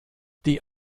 die